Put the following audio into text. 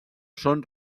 són